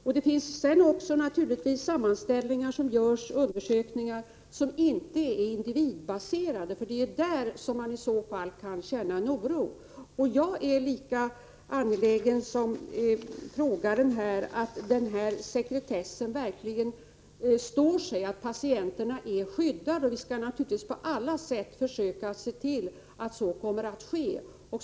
Det är inte heller alla sammanställningar och undersökningar som är individbaserade — det är ju där som man i så fall kan känna oro. Jag är lika angelägen som frågeställaren om att sekretessen verkligen blir sådan att patienterna är skyddade. Vi skall naturligtvis på alla sätt försöka se till att det kommer att bli så.